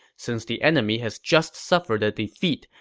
since the enemy has just suffered a defeat,